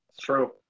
True